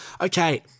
Okay